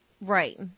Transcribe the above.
Right